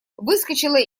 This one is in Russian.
выскочила